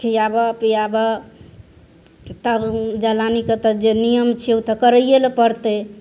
खिआबऽ पिआबऽ तब जलानी कऽ तऽ जे नियम छियै ऊ तऽ करैए ला पड़तै